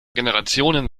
generationen